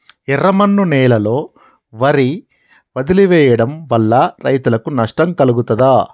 ఎర్రమన్ను నేలలో వరి వదిలివేయడం వల్ల రైతులకు నష్టం కలుగుతదా?